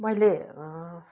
मैले